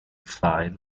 file